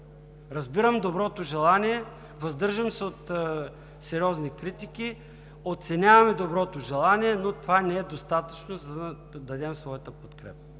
Разбирам доброто желание. Въздържам се от сериозни критики. Оценявам доброто желание, но това не е достатъчно, за да дадем своята подкрепа.